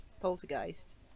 Poltergeist